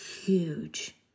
huge